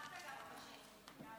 שכחת גם פשיסטית.